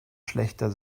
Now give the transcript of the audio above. schlächter